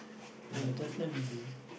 they'll definitely be